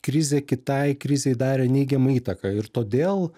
krizė kitai krizei darė neigiamą įtaką ir todėl